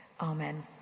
amen